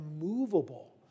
immovable